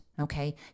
Okay